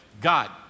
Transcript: God